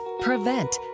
prevent